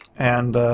and